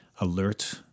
alert